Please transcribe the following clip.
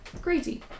crazy